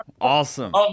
Awesome